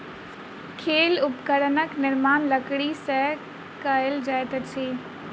खेल उपकरणक निर्माण लकड़ी से कएल जाइत अछि